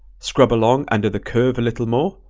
scrub along under the curve a little more,